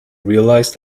realised